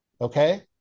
Okay